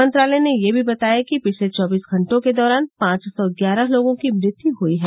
मंत्रालय ने यह भी बताया कि पिछले चौबीस घंटों के दौरान पांच सौ ग्यारह लोगों की मृत्यु हुई है